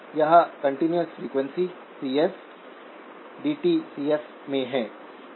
यह continuous frequency CF DTCF में है